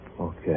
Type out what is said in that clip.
Okay